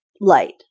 light